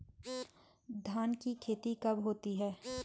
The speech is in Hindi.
धान की खेती कब होती है?